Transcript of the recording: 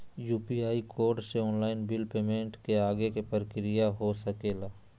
UPI code से online bill payment के आगे के प्रक्रिया का हो सके ला?